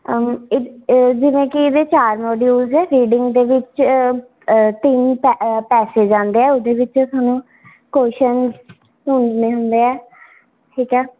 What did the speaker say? ਇ ਇਹ ਜਿਵੇਂ ਕਿ ਇਹਦੇ ਚਾਰ ਮੋਡੀਊਲਜ਼ ਹੈ ਰੀਡਿੰਗ ਦੇ ਵਿੱਚ ਤਿੰਨ ਪੈ ਪੈਸੇਜ ਆਉਂਦੇ ਆ ਉਹਦੇ ਵਿੱਚ ਤੁਹਾਨੂੰ ਕੁਆਸ਼ਨ ਢੂੰਡਣੇ ਹੁੰਦੇ ਹੈ ਠੀਕ ਹੈ